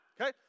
okay